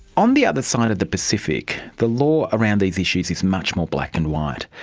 on the other side of the pacific, the law around these issues is much more black and white.